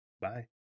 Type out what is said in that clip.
Bye